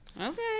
okay